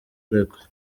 uregwa